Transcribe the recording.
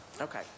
Okay